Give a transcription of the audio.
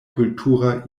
kultura